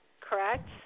correct